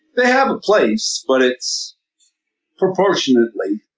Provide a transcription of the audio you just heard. they have a place but it's proportionately.